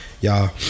Y'all